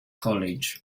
college